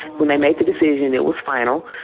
when they made the decision, it was final.